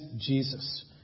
Jesus